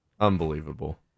Unbelievable